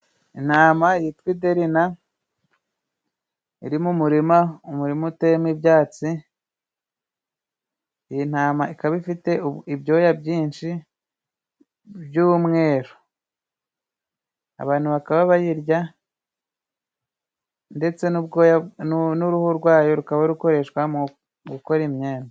Intama yitwa iderina iri mu murimarima , umurima uteyemo ibyatsi. Iyi ntama ikaba ifite ibyoya byinshi by'umweru. Abantu bakaba bayirya ,ndetse n'uruhu rwayo rukaba rukoreshwa mu gukora imyenda.